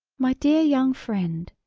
my dear young friend,